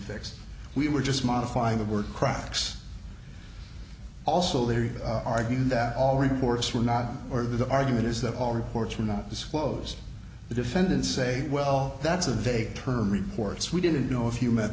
fixed we were just modifying the word cracks also they argued that all reports were not or the argument is that all reports were not disclosed the defendant say well that's a vague term reports we didn't know if you me